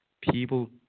people